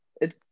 it